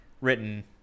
written